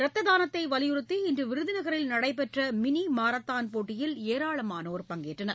ரத்ததானத்தைவலியுறுத்தி இன்றுவிருதுநகரில் நடைபெற்றமினிமாரத்தான் போட்டியில் ஏராளமானோா் பங்கேற்றனர்